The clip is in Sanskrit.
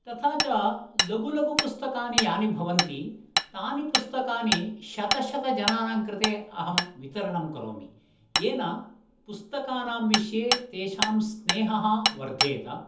तथा च लघुलघुपुस्तकानि यानि भवन्ति तानि पुस्तकानि शतशतजनानां कृते अहं वितरणं करोमि येन पुस्तकानां विषये तेषां स्नेहः वर्धेत